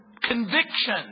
conviction